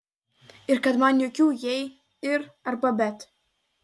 ir kad man jokių jei ir arba bet